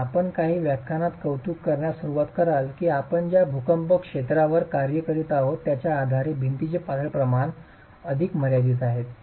आणि आपण काही व्याख्यानात कौतुक करण्यास सुरवात कराल की आपण ज्या भूकंप क्षेत्रावर कार्य करीत आहोत त्याच्या आधारे भिंतींचे पातळ प्रमाण अधिक मर्यादित आहे